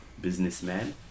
businessman